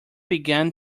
began